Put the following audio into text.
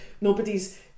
nobody's